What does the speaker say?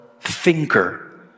thinker